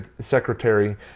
secretary